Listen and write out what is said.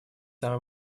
самой